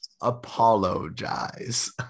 apologize